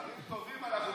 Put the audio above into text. דברים טובים אנחנו בעד,